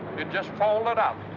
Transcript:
it just folded up.